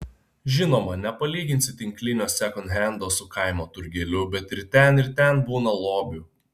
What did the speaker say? žinoma nepalyginsi tinklinio sekondhendo su kaimo turgeliu bet ir ten ir ten būna lobių